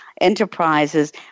enterprises